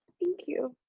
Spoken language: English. thank you.